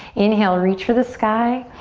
inhale, reach for the sky.